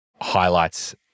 highlights